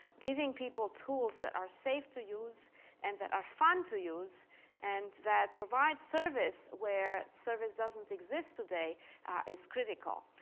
giving people tools that are safe to use and that are fun to use and that provide service where service doesn't exist today is critical.